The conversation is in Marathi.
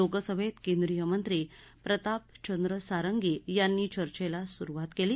लोकसभेत केंद्रीय मंत्री प्रतापचंद्र सारंगी यांनी चर्चेला सुरुवात केली